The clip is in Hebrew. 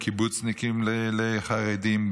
בין קיבוצניקים לחרדים,